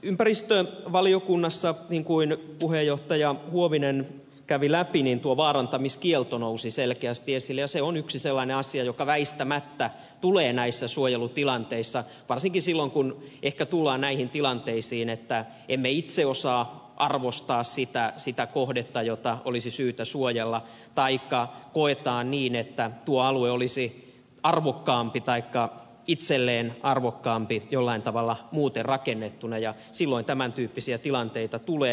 ympäristövaliokunnassa niin kuin puheenjohtaja huovinen kävi läpi tuo vaarantamiskielto nousi selkeästi esille ja se on yksi sellainen asia joka väistämättä tulee näissä suojelutilanteissa varsinkin silloin kun ehkä tullaan näihin tilanteisiin että emme itse osaa arvostaa sitä kohdetta jota olisi syytä suojella taikka koetaan niin että tuo alue olisi arvokkaampi tai itselle arvokkaampi jollain tavalla muuten rakennettuna ja silloin tämän tyyppisiä tilanteita tulee